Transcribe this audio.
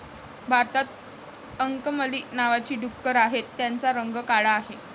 भारतात अंकमली नावाची डुकरं आहेत, त्यांचा रंग काळा आहे